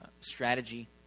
strategy